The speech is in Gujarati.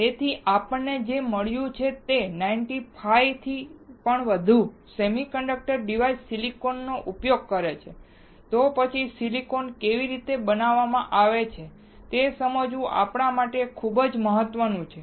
તેથી આપણને જે મળ્યું તે એ છે કે 95 ટકાથી વધુ સેમિકન્ડક્ટર ડિવાઇસીસ સિલિકોનનો ઉપયોગ કરે છે તો પછી સિલિકોન કેવી રીતે બનાવવામાં આવે છે તે સમજવું આપણા માટે ખૂબ મહત્વનું છે